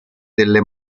delle